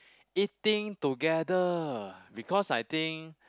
eating together because I think